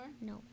No